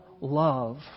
love